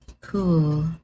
Cool